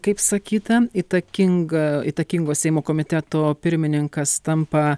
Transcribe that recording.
kaip sakyta įtakinga įtakingo seimo komiteto pirmininkas tampa